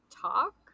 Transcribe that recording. talk